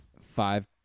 Five